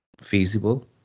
feasible